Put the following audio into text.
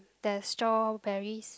there's strawberries